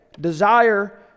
desire